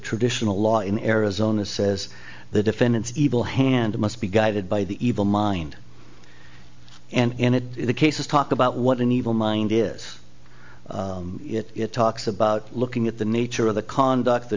traditional law in arizona says the defendants evil hand must be guided by the evil mind and in the cases talk about what an evil mind is it talks about looking at the nature of the conduct the